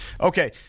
Okay